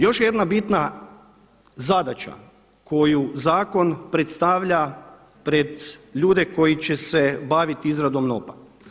Još je jedna bitna zadaća koju zakon predstavlja pred ljude koji će se baviti izradom NOP-a.